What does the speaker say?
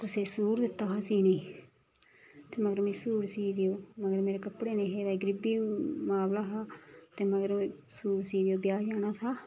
कुसै ई सूट दित्ता हा सीने ई ते मतलब मिगी सूट सी देओ मगर मेरे कपड़े नेहे गरीबी ही ते मगर सूट सीऐ ब्याह् जाना हा